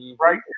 right